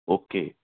okay